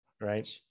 Right